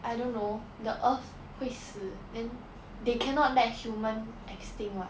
I don't know the earth 会死 then they cannot let human extinct [what]